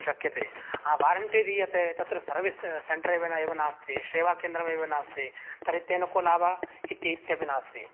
शक्यते हा वारेण्टी दीयते तत्र सर्विस् से सेण्टर् ए एव नास्ति सेवाकेन्द्रम् एव नास्ति तर्हि तेन को लाभः इति इत्यपि नास्ति